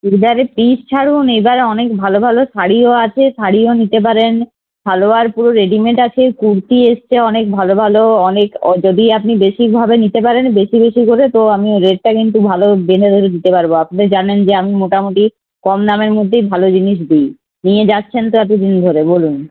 চুড়িদারের পিস ছাড়ুন এবার অনেক ভালো ভালো শাড়িও আছে শাড়িও নিতে পারেন সালোয়ার পুরো রেডিমেড আছে কুর্তি এসছে অনেক ভালো ভালো অনেক যদি আপনি বেশিভাবে নিতে পারেন বেশি বেশি করে তো আমিও রেটটা কিন্তু ভালো বেঁধে ধরে দিতে পারবো আপনি জানেন যে আমি মোটামুটি কম দামের মধ্যেই ভালো জিনিস দিই নিয়ে যাচ্ছেন তো এতো দিন ধরে বলুন